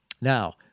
Now